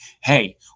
hey